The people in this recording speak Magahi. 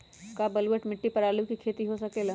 का बलूअट मिट्टी पर आलू के खेती हो सकेला?